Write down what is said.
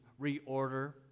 reorder